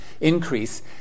increase